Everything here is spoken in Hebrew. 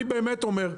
אני באמת אומר,